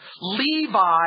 Levi